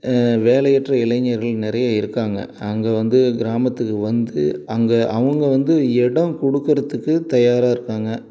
வேலையற்ற இளைஞர்கள் நிறைய இருக்காங்க அங்கே வந்து கிராமத்துக்கு வந்து அங்க அவங்க வந்து இடம் கொடுக்கறதுக்கு தயாராக இருக்காங்க